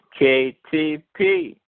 KTP